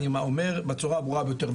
אני אומר בצורה הברורה ביותר,